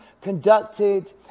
conducted